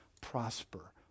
prosper